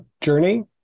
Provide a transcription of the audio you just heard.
journey